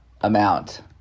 amount